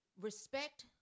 Respect